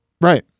Right